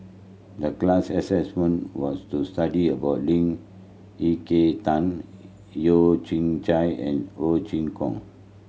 the class assignment was to study about Lee Ek Tieng Yeo Kian Chye and Ho Chee Kong